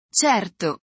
Certo